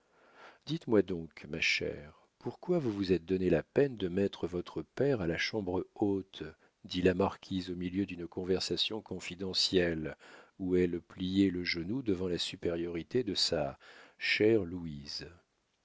dites-moi donc ma chère pourquoi vous vous êtes donné la peine de mettre votre père à la chambre haute dit la marquise au milieu d'une conversation confidentielle où elle pliait le genou devant la supériorité de sa chère louise